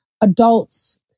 adults